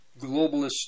globalist